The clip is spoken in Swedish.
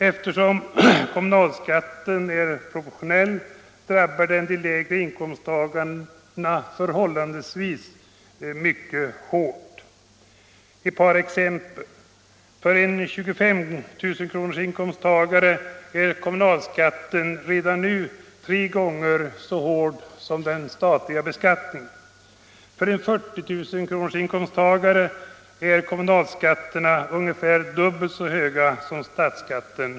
Eftersom kommunalskatten är proportionell drabbar den de lägre inkomsttagarna förhållandevis mycket hårt. Låt mig ta ett par exempel. För en inkomsttagare med 25 000 kr. är kommunalskatten redan nu tre gånger så hög som den statliga skatten. För en inkomsttagare med 40 000 kr. är kommunalskatterna f. n. ungefär dubbelt så höga som statsskatten.